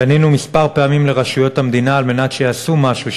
פנינו מספר פעמים לרשויות המדינה על מנת שיעשו משהו,